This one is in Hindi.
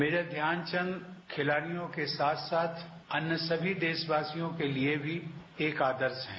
मेजर ध्यानचंद खिलाडियों के साथ साथ अन्य सभी देशवासियों के लिए भी एक आदर्श हैं